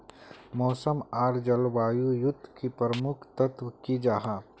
मौसम आर जलवायु युत की प्रमुख तत्व की जाहा?